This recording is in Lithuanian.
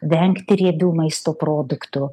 vengti riebių maisto produktų